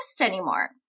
anymore